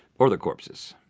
or the corpses.